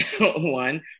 one